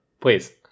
please